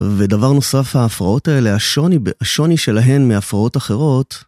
ודבר נוסף, ההפרעות האלה, השוני שלהן מהפרעות אחרות